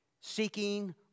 seeking